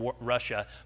Russia